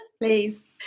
please